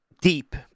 deep